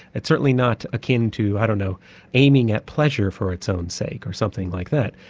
it's certainly not akin to i don't know aiming at pleasure for its own sake, or something like that.